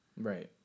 Right